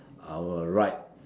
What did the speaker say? our right